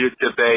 debate